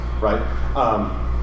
right